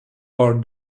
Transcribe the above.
are